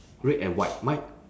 red and white mine